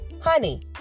Honey